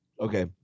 Okay